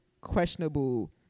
questionable